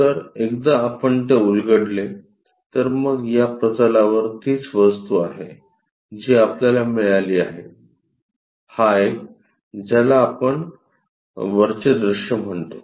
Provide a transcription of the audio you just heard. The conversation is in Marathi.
तर एकदा आपण ते उलगडले तर मग या प्रतलावर तीच वस्तू आहे जी आपल्याला मिळाली आहे हा एक ज्याला आपण याला वरचे दृश्य म्हणतो